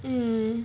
mm